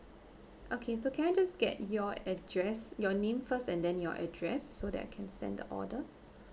okay so can I just get your address your name first and then your address so that I can send the order